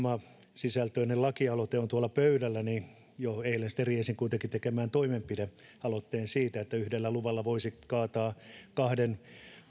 samansisältöinen lakialoite on tuolla pöydällä niin jo eilen sitten riensin kuitenkin tekemään toimenpide aloitteen siitä että yhdellä luvalla voisi kaataa kahden